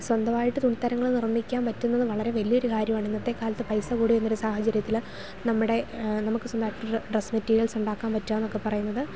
സ്വന്തമായിട്ട് തുണിത്തരങ്ങൾ നിർമ്മിക്കാൻ പറ്റുന്നത് വളരെ വലിയ ഒരു കാര്യമാണ് ഇന്നത്തേ കാലത്ത് പൈസ കൂടി വരുന്ന ഒരു സാഹചര്യത്തിൽ നമ്മുടെ നമുക്ക് സ്വന്തായിട്ട് ഒരു ഡ്രസ് മെറ്റീര്യൽസ്സ് ഉണ്ടാക്കാൻ പറ്റുക എന്നൊക്കെ പറയുന്നത്